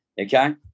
okay